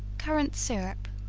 currant syrup.